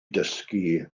dysgu